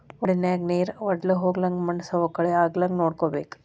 ವಡನ್ಯಾಗ ನೇರ ವಡ್ದಹೊಗ್ಲಂಗ ಮಣ್ಣು ಸವಕಳಿ ಆಗ್ಲಂಗ ನೋಡ್ಕೋಬೇಕ